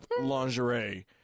lingerie